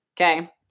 Okay